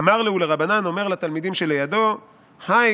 "אמר להו לרבנן" הוא אומר לתלמידים שלידו "האי